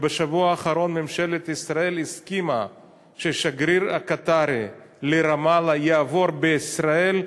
ובשבוע האחרון ממשלת ישראל הסכימה שהשגריר הקטארי לרמאללה יעבור בישראל,